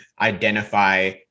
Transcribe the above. identify